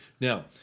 Now